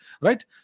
right